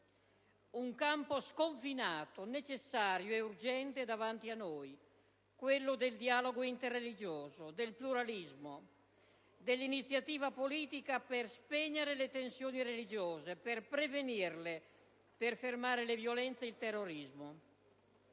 un campo sconfinato, necessario e urgente davanti a noi, quello del dialogo interreligioso, del pluralismo, dell'iniziativa politica per spegnere le tensioni religiose, per prevenirle, per fermare le violenze e il terrorismo.